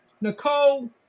Nicole